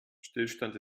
stillstand